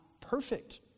perfect